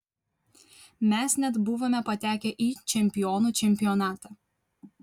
mes net buvome patekę į čempionų čempionatą